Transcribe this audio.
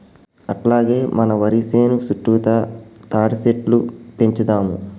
అట్లాగే మన వరి సేను సుట్టుతా తాటిసెట్లు పెంచుదాము